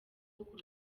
ubwo